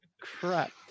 crap